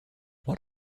what